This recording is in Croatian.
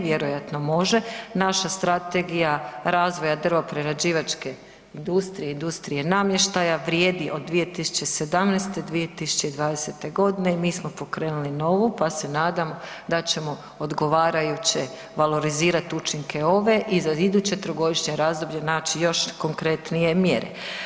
Vjerojatno može, naša strategija razvoja drvoprerađivačke industrije, industrije namještaja vrijedi od 2017., 2020. godine mi smo pokrenuli novu pa se nadamo da ćemo odgovarajuće valorizirati učinke ove i za iduće trogodišnje razdoblje naći još konkretnije mjere.